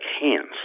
hands